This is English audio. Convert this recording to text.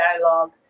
dialogue